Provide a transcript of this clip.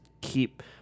keep